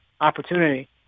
opportunity